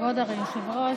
כבוד היושב-ראש.